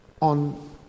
on